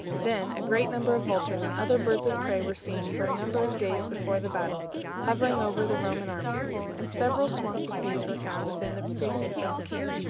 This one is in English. then a great number of vultures and other birds of prey were seen for a number of days before the battle, hovering over the roman army and several swarms of bees were found within the precincts of the camp.